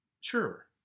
Sure